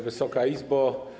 Wysoka Izbo!